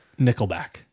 Nickelback